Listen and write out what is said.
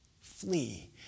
Flee